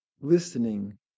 listening